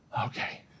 okay